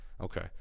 Okay